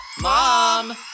Mom